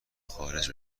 خارج